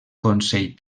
consell